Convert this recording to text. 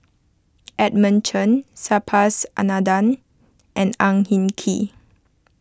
Edmund Chen Subhas Anandan and Ang Hin Kee